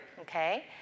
okay